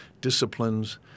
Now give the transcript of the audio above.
disciplines